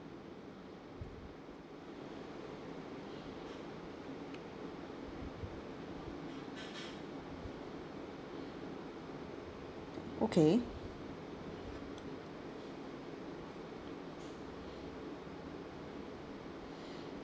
okay